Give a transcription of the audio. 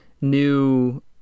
new